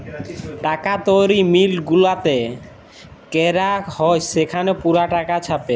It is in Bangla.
টাকা তৈরি মিল্ট গুলাতে ক্যরা হ্যয় সেখালে পুরা টাকা ছাপে